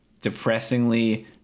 depressingly